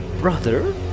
brother